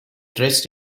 dressed